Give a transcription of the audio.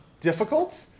difficult